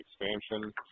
expansion